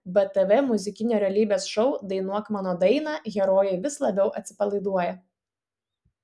btv muzikinio realybės šou dainuok mano dainą herojai vis labiau atsipalaiduoja